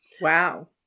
Wow